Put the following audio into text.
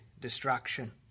destruction